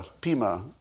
Pima